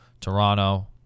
Toronto